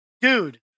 dude